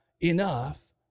enough